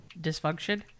Dysfunction